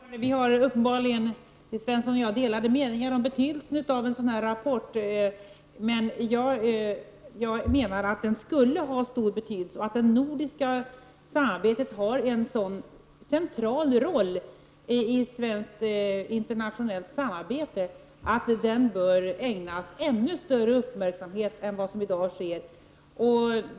Herr talman! Vi har uppenbarligen, Nils T Svensson och jag, delade meningar om betydelsen av en sådan här rapport. Jag menar att den skulle ha stor betydelse och att det nordiska samarbetet har en så central roll i svenskt internationellt samarbete att det bör ägnas ännu större uppmärksamhet än vad som i dag sker.